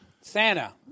Santa